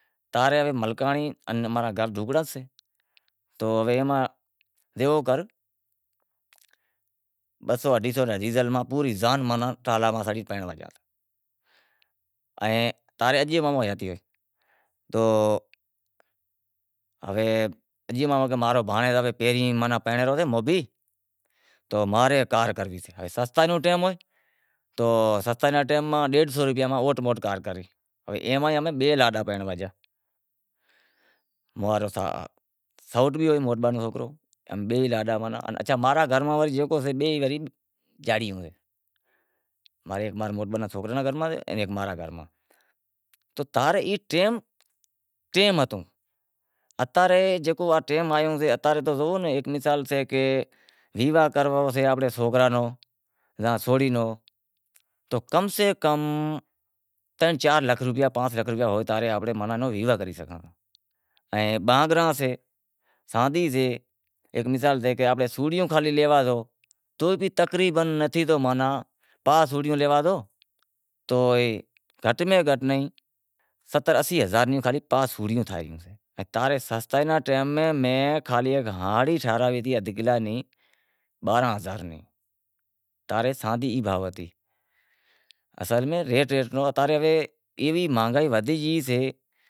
تا رے ملکانڑی ان گھر ڈھکڑا سیں تو ہوے اماں جیوو کر بہ سو اڈھائی سو رے ڈیزل ماں پوری زان ٹرالا ماں سڑی پرنڑائڑ گیا تاں رے اجیو مامو حیاتی ہوئے، اجیو مامو کہے ماں رو بھانڑیجو پہری پرنڑے ریو سے موبھی، تو ماں رے کار کر، تو سستائی رو ٹیم ہوئے، سستائی رے ٹیم ماں ڈیڈہ سو روپیاں ماں اوٹ موٹ کار کری، اے ماں امیں بئے لاڈا پرنڑنوا گیا، ماں رو سوٹ بھی ہوئے، اچھا ماں رے گھر ماں جیکو سے بئے وری ہوئیں، تاں رے ای ٹیم، ٹیم ہتو، اتا رے جیکو ٹیم آیو سے، اتا رے زو جکو ویواہ کرنڑو سے آنپنڑے سوکراں رو یا سوری روں، تو کم سے کم ترن چار لکھ روپیا ہوئیں تنے جیوکر ویواہ کری سگھاں، ائیں مانگڑاں سے، سادی سے ان مثال کہ امیں سوڑیوں خالی لیوا زو تو بھی تقریبن نتھی تو ماناں پانس سوڑیوں لیوا جو تو گھٹ میں گھٹ ستر اسی ہزار پانس سوڑیوں تھائے، تاں رے سستائی رے ٹیم میں خالی گھڑی ٹھرائی ہتی ادھ کلے ری بارانہں ہزار میں، تاں رے سادی بھانو ہتی، اتاں رے ایوی مہنگائی ودھے گئی سے